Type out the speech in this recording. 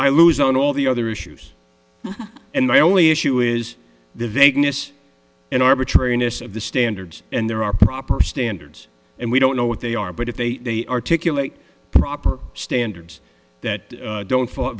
i lose on all the other issues and my only issue is the vagueness and arbitrariness of the standards and there are proper standards and we don't know what they are but if they articulate proper standards that don't f